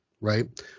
right